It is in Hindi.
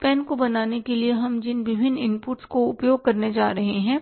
इस पेन को बनाने के लिए हम जिन विभिन्न इनपुट्स का उपयोग करने जा रहे हैं